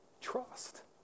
trust